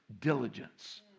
diligence